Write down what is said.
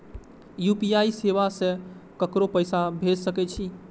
UPI सेवा से ककरो पैसा भेज सके छी?